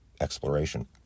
exploration